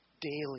daily